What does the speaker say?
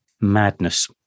Madness